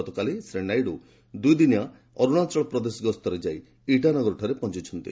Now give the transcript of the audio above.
ଗତକାଲି ଶ୍ରୀ ନାଇଡୁ ଦୁଇଦିନିଆ ଅରୁଣାଚଳ ପ୍ରଦେଶ ଗସ୍ତରେ ଯାଇ ଇଟାନଗରଠାରେ ପହଞ୍ଚିଛନ୍ତି